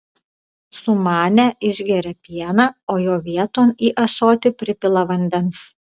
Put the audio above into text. sumanę išgeria pieną o jo vieton į ąsotį pripila vandens